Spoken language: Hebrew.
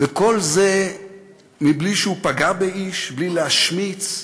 וכל זה מבלי שהוא פגע באיש, בלי להשמיץ,